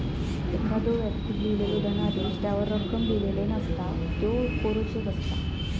एखाद्दो व्यक्तीक लिहिलेलो धनादेश त्यावर रक्कम लिहिलेला नसता, त्यो कोरो चेक असता